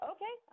Okay